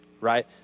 right